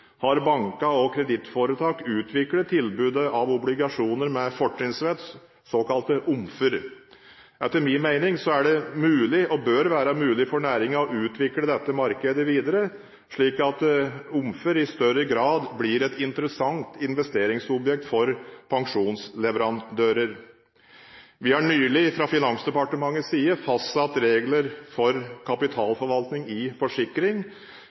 mulig for næringen å utvikle dette markedet videre, slik at OMF-er i større grad blir et interessant investeringsobjekt for pensjonsleverandører. Vi har nylig fra Finansdepartementets side fastsatt regler for kapitalforvaltning i forsikring.